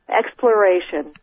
exploration